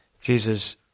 Jesus